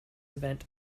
event